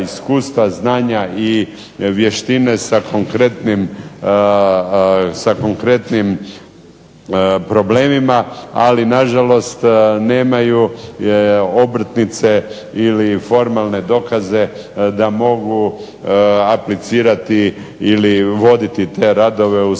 znanja i vještine sa konkretnim problemima, ali na žalost nemaju obrtnice ili formalne dokaze da mogu aplicirati ili voditi te radove u